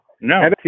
no